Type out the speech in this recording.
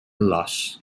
loss